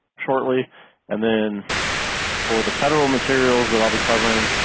shortly and then for the federal materials that i'll be covering.